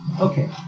Okay